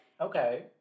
Okay